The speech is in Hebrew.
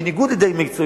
בניגוד לדרג מקצועי,